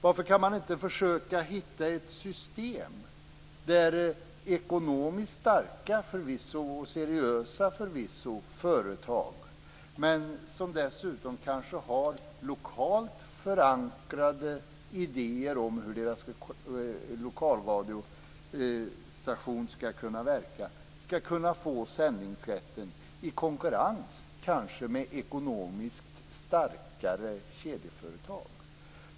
Varför kan man inte försöka hitta ett system där förvisso ekonomiskt starka och seriösa företag som dessutom kanske har lokalt förankrade idéer om hur deras lokalradiostation skall kunna verka skulle kunna få sändningsrätten i konkurrens med ekonomiskt starkare kedjeföretag?